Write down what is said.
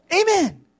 Amen